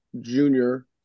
junior